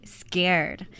scared